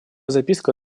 записка